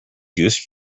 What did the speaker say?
used